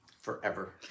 Forever